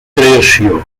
creació